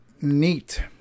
Neat